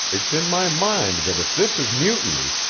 it's in my mind that if this is mutiny,